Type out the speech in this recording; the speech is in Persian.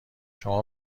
شما